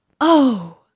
Oh